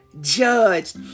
judged